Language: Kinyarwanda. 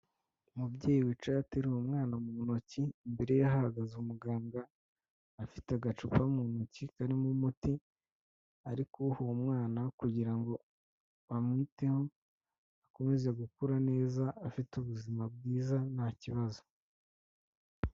Umubyeyi wicaye ateruye umwana mu ntoki, imbere ye hagaze umuganga afite agacupa mu ntoki karimo umuti, ari kuwuha uwo mwana kugira ngo bamwiteho, akomeze gukura neza, afite ubuzima bwiza nta kibazo.